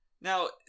Now